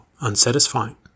unsatisfying